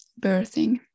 birthing